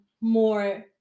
more